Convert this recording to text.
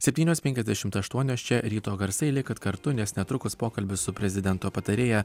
septynios penkiasdešimt aštuonios čia ryto garsai likit kartu nes netrukus pokalbis su prezidento patarėja